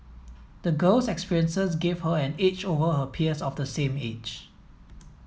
the girl's experiences gave her an edge over her peers of the same age